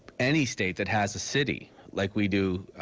any state that has a city like we do,